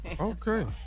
Okay